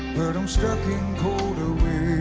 i'm stuck in colder